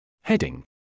Heading